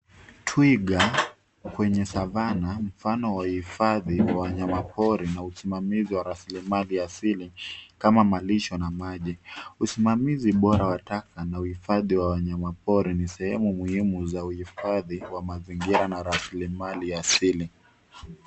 Twiga kwenye Savanna mfano wa uhifadhi wa wanyama pori na usimamizi wa rasilimali asili kama malisho na maji. Usimamizi bora wa taka na uhifadhi wa wanyama pori ni sehemu muhimu za uhifadhi wa mazingira na rasilimali asili.